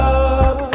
up